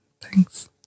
Thanks